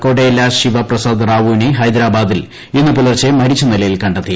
കൊടേല ശിവ പ്രസാദ് റാവുവിനെ ഹൈദരാബാദിൽ ഇന്ന് പുലർച്ചെ മരിച്ച നിലയിൽ കണ്ടെത്തി